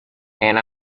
and